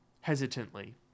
hesitantly